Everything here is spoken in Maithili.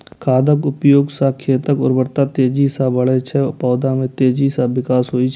खादक उपयोग सं खेतक उर्वरता तेजी सं बढ़ै छै आ पौधा मे तेजी सं विकास होइ छै